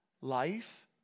Life